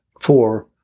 four